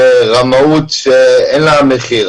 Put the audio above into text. זו רמאות שאין לה מחיר.